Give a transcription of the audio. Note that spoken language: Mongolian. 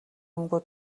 юмгүй